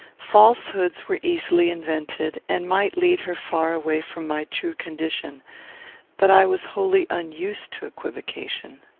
falsehoods were easily invented, and might lead her far away from my true condition but i was wholly unused to equivocation.